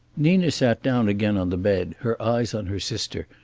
nina sat down again on the bed, her eyes on her sister,